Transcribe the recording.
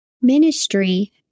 Ministry